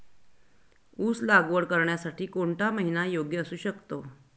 ऊस लागवड करण्यासाठी कोणता महिना योग्य असू शकतो?